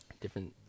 Different